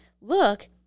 look